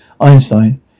Einstein